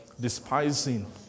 despising